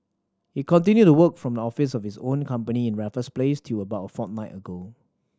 he continued to work from the office of his own company in Raffles Place till about a fortnight ago